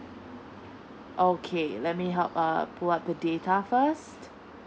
okay let me help uh pull up data first